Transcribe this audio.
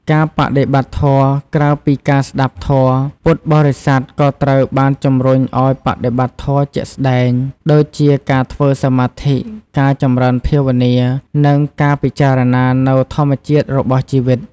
ការបដិបត្តិធម៌ ក្រៅពីការស្ដាប់ធម៌ ពុទ្ធបរិស័ទក៏ត្រូវបានជំរុញឱ្យបដិបត្តិធម៌ជាក់ស្តែង ដូចជាការធ្វើសមាធិ ការចម្រើនភាវនា និងការពិចារណានូវធម្មជាតិរបស់ជីវិត។